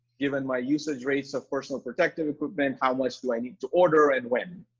given my usage rates of personal protective equipment? how much do i need to order and when?